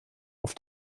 auf